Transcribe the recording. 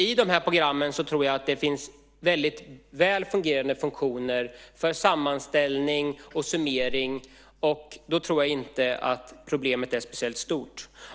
I de här programmen tror jag att det finns väldigt bra funktioner för sammanställning och summering. Och då tror jag inte att problemet är speciellt stort.